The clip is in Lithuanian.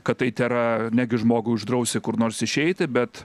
kad tai tėra negi žmogui uždrausi kur nors išeiti bet